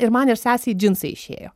ir man ir sesei džinsai išėjo